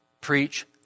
preach